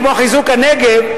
כמו חיזוק הנגב,